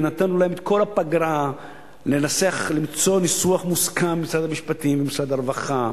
ונתנו להם את כל הפגרה למצוא ניסוח מוסכם על משרד המשפטים ומשרד הרווחה.